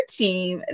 team